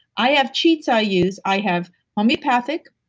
i have cheats i use. i have homeopathic,